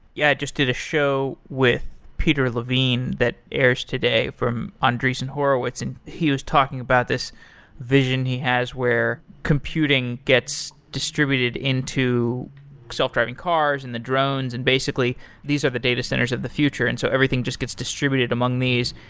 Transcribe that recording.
yeah, just to the show with peter levine that airs today from andreessen horowitz, and he was talking about this vision he has where computing gets distributed into self driving cars, and the drones, and basically these are the data centers of the future. and so everything just gets distributed among these.